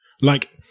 Like-